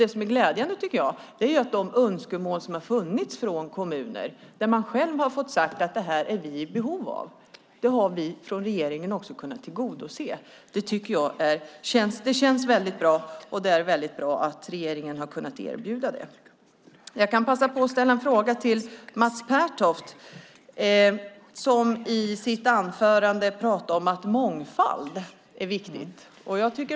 Det som jag tycker är glädjande är att vi från regeringen också har kunnat tillgodose de önskemål och behov som har funnits från kommunerna. Det känns bra, och det är bra att regeringen har kunnat erbjuda det. Jag kan passa på att ställa en fråga till Mats Pertoft. Han talade om att det är viktigt med mångfald.